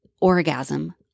orgasm